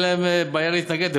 והם, אין להם בעיה להתנגד.